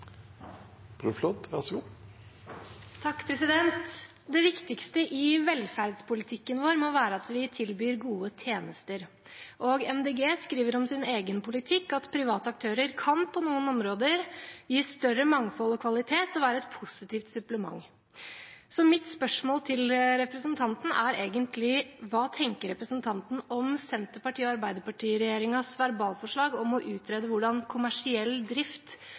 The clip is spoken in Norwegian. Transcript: Det viktigste i velferdspolitikken vår må være at vi tilbyr gode tjenester. MDG skriver om sin egen politikk at «private aktører kan på noen områder gi større mangfold og kvalitet og være et positivt supplement». Så mitt spørsmål til representanten er: Hva tenker representanten om Arbeiderparti–Senterparti-regjeringens verbalforslag om å utrede hvordan kommersiell drift